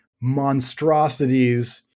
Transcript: monstrosities